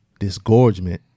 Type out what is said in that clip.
disgorgement